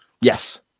yes